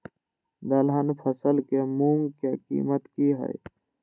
दलहन फसल के मूँग के कीमत की हय?